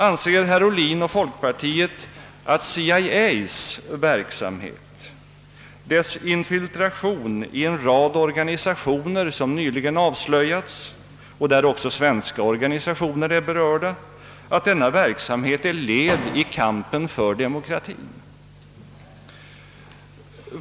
Anser herr Ohlin och folkpartiet att CIA:s verksamhet, dess nyligen avslöjade infiltration i en rad organisationer, varvid också svenska organisationer är berörda, är ett led i kampen för demokratien?